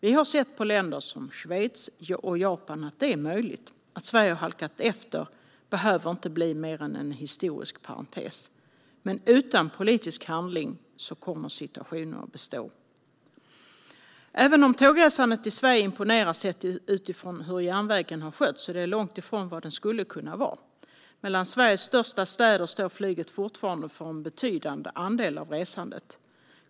Vi har sett på länder som Schweiz och Japan att det är möjligt. Att Sverige har halkat efter behöver inte bli mer än en historisk parentes, men utan politisk handling kommer situationen att bestå. Även om tågresandet i Sverige imponerar sett utifrån hur järnvägen har skötts är det långt ifrån vad det skulle kunna vara. Mellan Sveriges största städer står flyget fortfarande för en betydande andel av resandet.